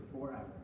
forever